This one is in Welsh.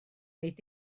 nid